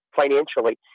financially